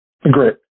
Great